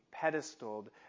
pedestaled